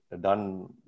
done